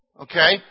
Okay